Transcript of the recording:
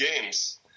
games